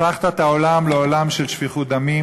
הפכת את העולם לעולם של שפיכות דמים,